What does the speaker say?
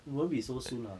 it won't be so soon lah